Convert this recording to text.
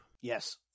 Yes